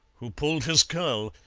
who pulled his curl,